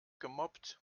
gemobbt